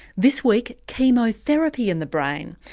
this week chemotherapy and the brain.